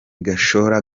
gashora